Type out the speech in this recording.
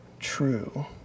true